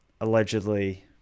allegedly